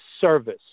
service